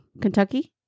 Kentucky